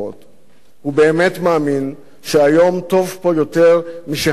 הוא באמת מאמין שהיום טוב פה יותר משהיה אי-פעם.